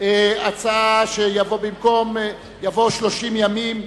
שיבוא "30 ימים".